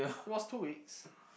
it was two weeks